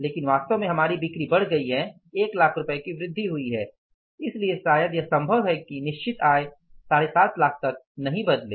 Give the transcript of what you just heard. लेकिन वास्तव में हमारी बिक्री बढ़ गई है 1 लाख रुपये की वृद्धि हुई है इसलिए शायद यह संभव है कि निश्चित व्यय 75 लाख तक नहीं बदले